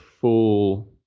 full